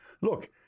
Look